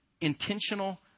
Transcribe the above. intentional